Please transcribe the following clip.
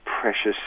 precious